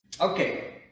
Okay